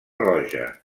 roja